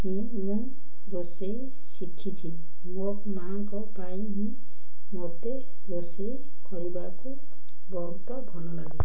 ହିଁ ମୁଁ ରୋଷେଇ ଶିଖିଛିି ମୋ ମାଆଙ୍କ ପାଇଁ ହିଁ ମୋତେ ରୋଷେଇ କରିବାକୁ ବହୁତ ଭଲ ଲାଗେ